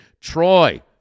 Troy